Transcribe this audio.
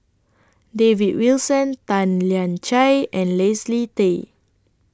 David Wilson Tan Lian Chye and Leslie Tay